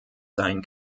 sein